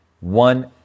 One